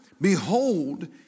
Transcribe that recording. behold